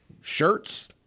shirts